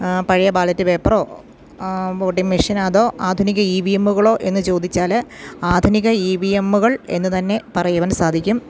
പഴയ ബാലറ്റ് പേപ്പറോ വോട്ടിംഗ് മിഷീനോ അതോ ആധുനിക ഇ വി എമ്മുകളോ എന്നു ചോദിച്ചാൽ ആധുനിക ഇ വി എമ്മുകൾ എന്നുതന്നെ പറയുവാൻ സാധിക്കും